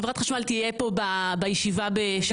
חברת חשמל תהיה פה בישיבה בשבוע הבא.